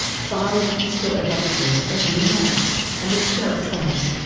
firing a pistol at officers as she emerged, and was shot twice.